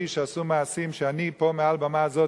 שעשו מעשים שאני גיניתי אותם פה מעל במה זאת,